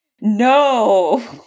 No